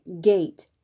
gate